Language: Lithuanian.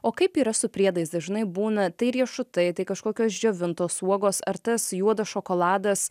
o kaip yra su priedais dažnai būna tai riešutai tai kažkokios džiovintos uogos ar tas juodas šokoladas